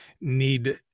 need